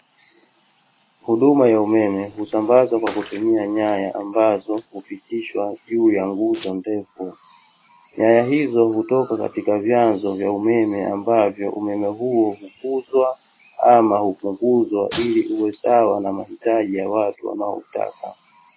Huduma ya umeme usambazwa kwa kutumia nyaya ambazo hupitishwa juu ya nguzo ndefu, nyaya hizo hutoka katika vyanzo ya umeme ambazo umeme huo ukuzwa ama upunguzwa ili uwe sawa na mahitaji ya watu wanaoutaka.